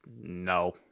no